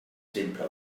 sempre